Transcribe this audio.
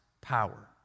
power